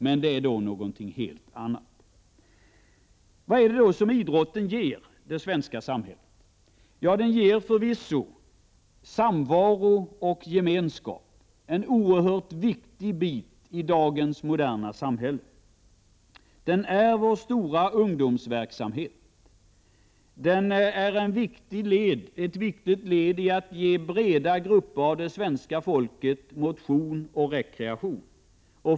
Men det är då något helt annat. Vad ger då idrottsrörelsen det svenska samhället? Ja, den ger förvisso samvaro och gemenskap, en oerhört viktig bit i dagens moderna samhälle. Den är vår stora ungdomsverksamhet. Den är ett viktigt led i att ge breda grupper av det svenska folket motion och rekreation.